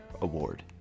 Award